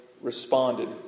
responded